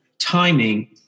timing